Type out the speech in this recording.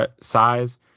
size